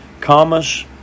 Commas